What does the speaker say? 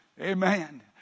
amen